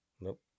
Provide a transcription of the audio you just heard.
Nope